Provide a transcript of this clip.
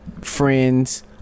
friends